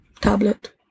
tablet